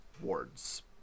wards